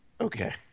Okay